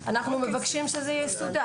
אנחנו מבקשים שזה יסודר.